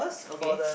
okay